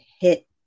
hit